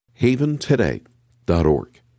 haventoday.org